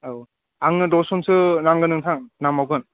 औ आंनो दस जनसो नांगोन नोथां नांबावगोन